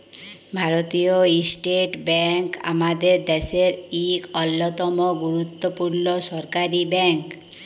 ভারতীয় state bank আমাদের দ্যাশের ইক অল্যতম গুরুত্তপুর্ল সরকারি ব্যাংক